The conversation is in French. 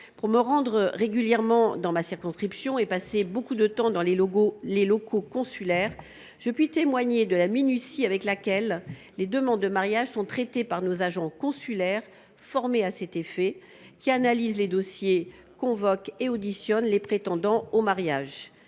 Pour me rendre régulièrement dans ma circonscription et passer beaucoup de temps dans les locaux consulaires, je puis témoigner de la minutie avec laquelle les demandes de mariage sont traitées par nos agents consulaires qui, formés à cet effet, analysent les dossiers et convoquent et auditionnent les prétendants au mariage.